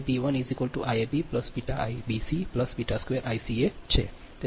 તેથી તે Iab1 Iab B Ibc B² Ica છે